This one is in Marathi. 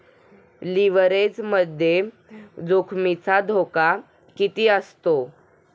लिव्हरेजमध्ये जोखमीचा धोका किती असतो?